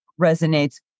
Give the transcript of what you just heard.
resonates